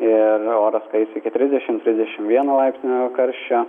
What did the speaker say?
ir oras kais iki trisdešimt trisdešimt vieno laipsnio karščio